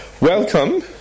Welcome